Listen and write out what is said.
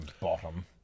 bottom